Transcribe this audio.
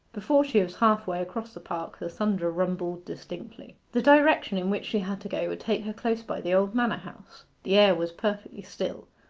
before she was half-way across the park the thunder rumbled distinctly. the direction in which she had to go would take her close by the old manor-house. the air was perfectly still,